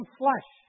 flesh